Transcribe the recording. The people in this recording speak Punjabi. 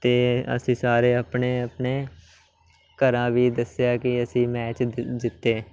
ਅਤੇ ਅਸੀਂ ਸਾਰੇ ਆਪਣੇ ਆਪਣੇ ਘਰਾਂ ਵੀ ਦੱਸਿਆ ਕਿ ਅਸੀਂ ਮੈਚ ਜ ਜਿੱਤੇ